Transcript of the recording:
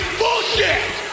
bullshit